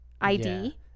ID